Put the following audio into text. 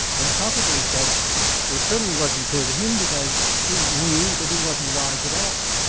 and socrates said it certainly wasn't clear to him, because he knew that he wasn't wise at all.